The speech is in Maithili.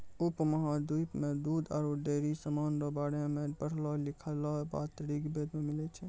उपमहाद्वीप मे दूध आरु डेयरी समान रो बारे मे पढ़लो लिखलहा बात ऋग्वेद मे मिलै छै